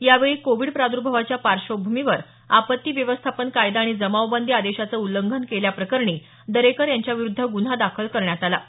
यावेळी कोविड प्रादर्भावाच्या पार्श्वभूमीवर आपत्ती व्यवस्थापन कायदा आणि जमावबंदी आदेशाचं उल्लंघन केल्याप्रकरणी दरेकर यांच्याविरुद्ध गुन्हा दाखल करण्यात आला आहे